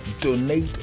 donate